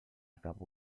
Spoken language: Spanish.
cabo